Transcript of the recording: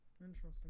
Interesting